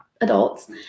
adults